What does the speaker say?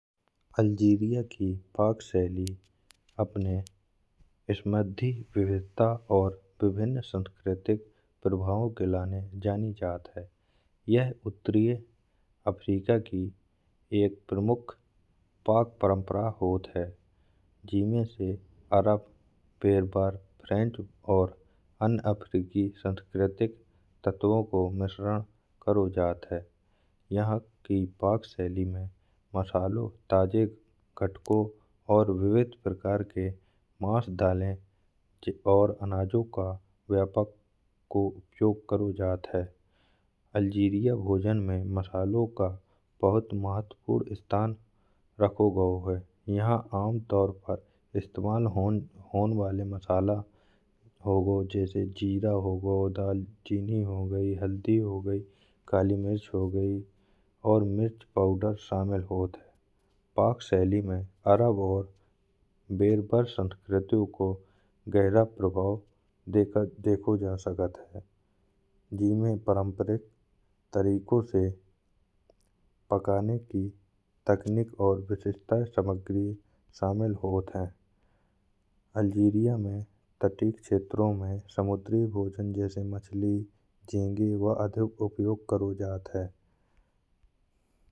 अल्जीरिया की पाक शैली अपने समृद्धि विविधता और विभिन्न सांस्कृतिक प्रभावों के लाने जानी जात है। यह उत्तरीय अफ्रीका की एक प्रमुख पाक परंपरा होत है। जिसमें से अरब फ्रेंच और अन्य अफ्रीकी सांस्कृतिक तत्वों को मिश्रण करो जात है। यहाँ की पाक शैली में मसालों ताजे कटको और विविध प्रकार के मास्स दालें और अनाजो का व्यापक को जो करो जात है। अल्जीरिया भोजन में मसालों का बहुत महत्वपूर्ण स्थान रखो गयो है। यहाँ आमतौर पर इस्तेमाल वाले मसाला हो गयो। जैसे जीरा हो गयो डाल चीनी हो गई हल्दी हो गई काली मिर्च हो गई और मिर्च पाउडर शामिल होत है। पाक शैली में अरब और बेलपर संस्कृतियों को गहरा प्रभाव देखो जा शकत है। जिसमें में पारंपरिक तरीकों से पकाने की तकनीक और विशिष्टताएं सामग्री शामिल होते हैं। अल्जीरिया में तटीय क्षेत्रों में समुद्री भोजन जैसे मछली झींगे वा अधिक को उपयोग करो जात है।